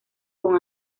con